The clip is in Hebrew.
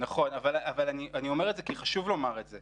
נכון, אבל אני אומר את זה כי חשוב לומר את זה